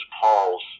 Paul's